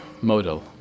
Modal